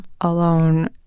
alone